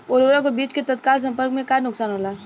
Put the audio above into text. उर्वरक व बीज के तत्काल संपर्क से का नुकसान होला?